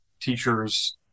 teachers